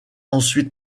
ensuite